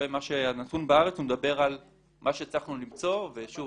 הנתון בארץ מדבר מה שהצלחנו למצוא, ושוב,